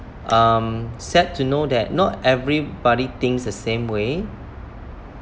um sad to know that not everybody thinks the same way